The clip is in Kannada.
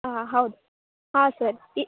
ಹಾಂ ಹೌದು ಹಾಂ ಸರ್ ಇ